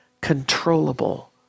controllable